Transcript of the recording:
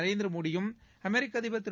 நரேந்திரமோடியும் அமெரிக்க அதிபர் திரு